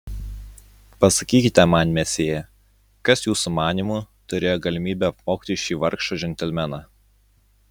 pasakykite man mesjė kas jūsų manymu turėjo galimybę apvogti šį vargšą džentelmeną